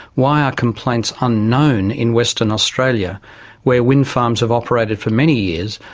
why are complaints unknown in western australia where wind farms have operated for many years,